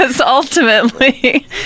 ultimately